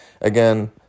Again